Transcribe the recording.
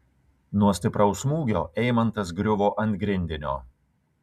nuo stipraus smūgio eimantas griuvo ant grindinio